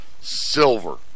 silver